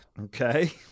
Okay